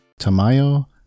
Tamayo